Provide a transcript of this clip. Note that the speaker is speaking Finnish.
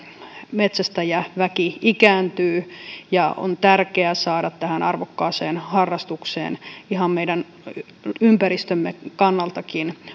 metsästäjäväki ikääntyy ja on tärkeä saada tähän arvokkaaseen harrastukseen ihan meidän ympäristömmekin kannalta